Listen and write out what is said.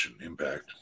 Impact